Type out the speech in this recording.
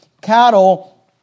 cattle